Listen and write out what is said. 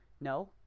no